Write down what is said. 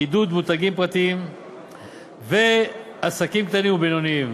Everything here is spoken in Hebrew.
עידוד מותגים פרטיים ועסקים קטנים ובינוניים,